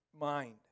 mind